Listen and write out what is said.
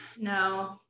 No